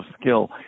skill